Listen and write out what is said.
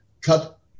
cut